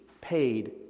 paid